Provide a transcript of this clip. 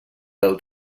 del